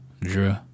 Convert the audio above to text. drew